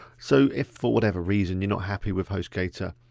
so if for whatever reason, you're not happy with hostgator,